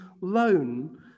loan